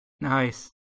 Nice